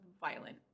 violent